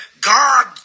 God